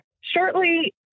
Shortly